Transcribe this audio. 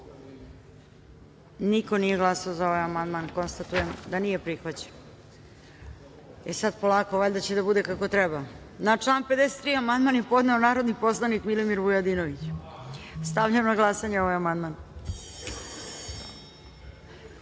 niko nije glasao za ovaj amandman. Konstatujem da nije prihvaćen. Sad polako, valjda će da bude kako treba. Na član 53. amandman je podneo narodni poslanik Milimir Vujadinović. Stavljam na glasanje ovaj